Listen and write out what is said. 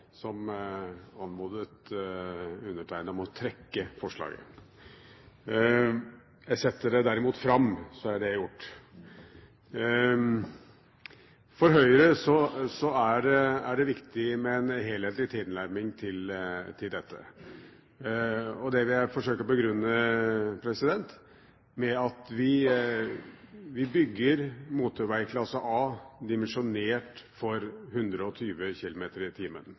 som anmodet undertegnede om å trekke forslaget. Jeg setter det derimot fram, så er det gjort. For Høyre er det viktig med en helhetlig tilnærming til dette. Det vil jeg forsøke å begrunne med at vi bygger motorveg klasse A dimensjonert for 120 km/t.